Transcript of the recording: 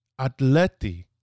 atleti